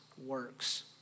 works